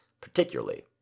particularly